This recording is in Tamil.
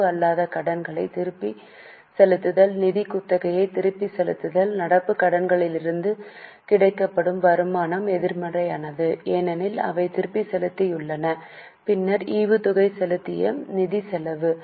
நடப்பு அல்லாத கடன்களை திருப்பிச் செலுத்துதல் நிதி குத்தகையை திருப்பிச் செலுத்துதல் நடப்பு கடன்களிலிருந்து கிடைக்கும் வருமானம் எதிர்மறையானது ஏனெனில் அவை திருப்பிச் செலுத்தியுள்ளன பின்னர் ஈவுத்தொகை செலுத்திய நிதி செலவு